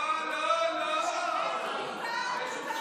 זה אומנם שולחן